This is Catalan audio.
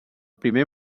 primer